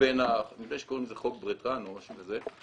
ובין ה --- נדמה לי שקוראים לזה חוק ברטרן או משהו כזה,